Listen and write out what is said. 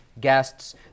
guests